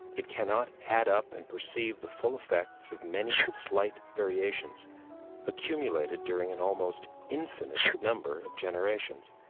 it cannot add up and perceive the full effects of many slight variations accumulated during an almost infinite number of generations.